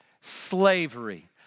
slavery